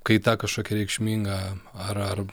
kaita kažkokia reikšminga ar ar